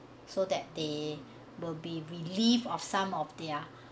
so that they will be relief of some of their